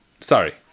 Sorry